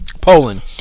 Poland